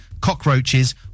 cockroaches